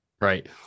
Right